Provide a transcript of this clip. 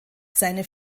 seine